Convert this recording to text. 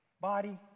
body